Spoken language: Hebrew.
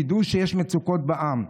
תדעו שיש מצוקות בעם.